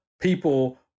people